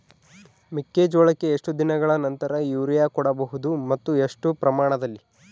ಮೆಕ್ಕೆಜೋಳಕ್ಕೆ ಎಷ್ಟು ದಿನಗಳ ನಂತರ ಯೂರಿಯಾ ಕೊಡಬಹುದು ಮತ್ತು ಎಷ್ಟು ಪ್ರಮಾಣದಲ್ಲಿ?